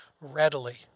readily